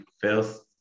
first